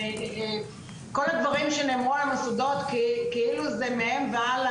כל הדברים שנאמרו על מוסדות כאילו זה מהם והלאה.